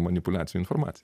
manipuliacijų informacija